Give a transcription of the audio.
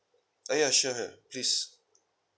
ah ya sure please